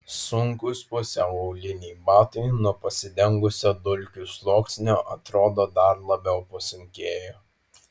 sunkūs pusiau auliniai batai nuo pasidengusio dulkių sluoksnio atrodo dar labiau pasunkėjo